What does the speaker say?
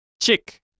Chick